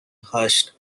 hushed